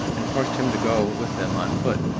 and forced him to go with them on foot.